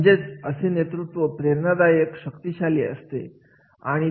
म्हणजेच असे नेतृत्व प्रेरणादायक शक्तिशाली असते